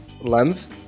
Length